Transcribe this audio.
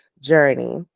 journey